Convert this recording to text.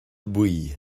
buí